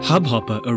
Hubhopper